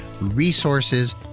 resources